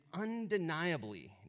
undeniably